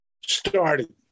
started